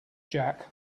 jack